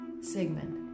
Sigmund